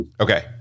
Okay